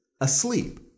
asleep